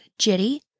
Jitty